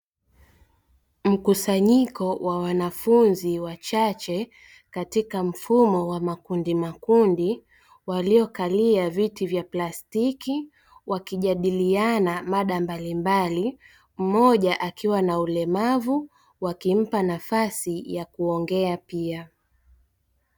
Mkusanyiko wa wanafunzi wachache katika mfumo wa makundi makundi, waliokalia viti vya plastiki, wakijadiliana mada mbalimbali, mmoja akiwa na ulemavu, wakimpa nafasi ya kuongea pia.